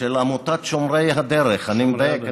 עמותת שומרי הדרך, אני מדייק?